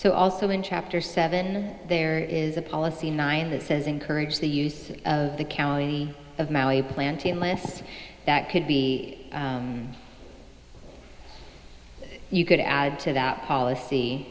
so also in chapter seven there is a policy nine that says encourage the use of the county of maui planty unless that could be you could add to that policy